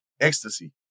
Ecstasy